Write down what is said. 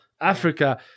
Africa